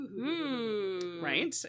right